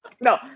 No